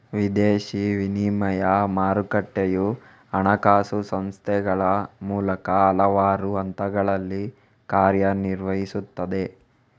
ವಿದೇಶಿ ವಿನಿಮಯ ಮಾರುಕಟ್ಟೆಯು ಹಣಕಾಸು ಸಂಸ್ಥೆಗಳ ಮೂಲಕ ಹಲವಾರು ಹಂತಗಳಲ್ಲಿ ಕಾರ್ಯ ನಿರ್ವಹಿಸುತ್ತದೆ